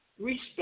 respect